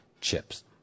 chips